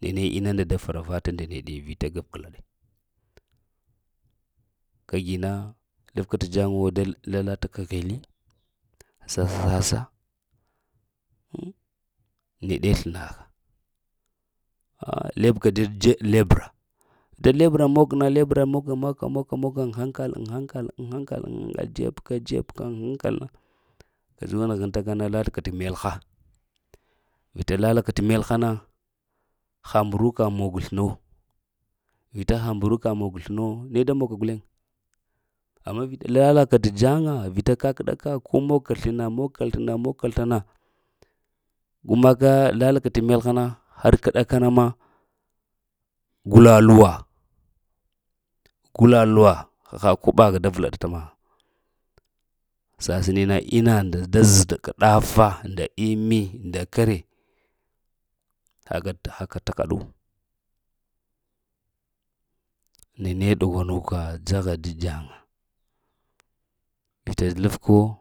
neɗe innu nda da fara vata nda neɗe vita gaf gla ɗe, ka gina, laftaka t jaŋa wo da lf ka ghilli sasassa-sa, mmi neɗe slnagha ha a labka t dzebɗ lebra dan lebra mog na lebra moga maka moga moga makna ŋ hankal ŋ hankal ŋ hankal ŋ dzebka dzebka ŋ hankal. Ka juwa nəhenta ka na lala ka k melha. Vita lalaka t melha na, ha mbruka mug slnou vita ha mbruka t slna wo, ne da mun ka guleŋ. Amma vita lalaka t jaŋa, vita ka kɗa ka ko mog ka slna, mog ka slna, mog ka slna, gu mak lalaka t melha na, har k ɗakana ma gula luwa, gula luwa haka koɓaha da vlɗata mahaŋ. Sasən na ina da zaɗ ka t ɗafa nda ime nda kəre, haka haka t kəɗu. Neɗe ɗughwa nuka dzaha t jaga vita lafku